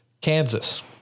kansas